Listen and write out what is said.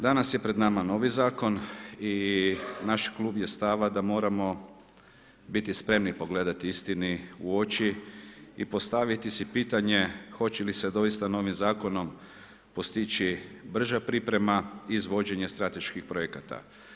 Danas je pred nama novi zakon i naš klub je stava da moramo biti spremni pogledati istini u oči i postaviti si pitanje hoće li se doista novim zakonom postići brža priprema izvođenja strateških projekata.